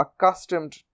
accustomed